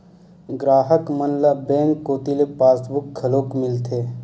गराहक मन ल बेंक कोती ले पासबुक घलोक मिलथे